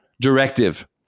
directive